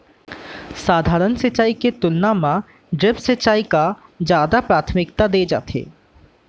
सधारन सिंचाई के तुलना मा ड्रिप सिंचाई का जादा प्राथमिकता दे जाथे